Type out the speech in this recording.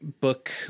book